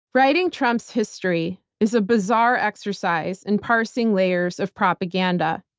writing trump's history is a bizarre exercise in parsing layers of propaganda.